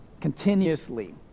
continuously